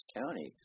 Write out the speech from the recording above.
county